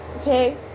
okay